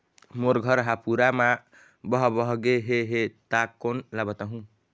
मोर घर हा पूरा मा बह बह गे हे हे ता कोन ला बताहुं?